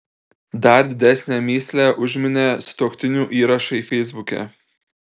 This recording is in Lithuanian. dar didesnę mįslę užminė sutuoktinių įrašai feisbuke